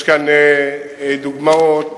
יש כאן דוגמאות,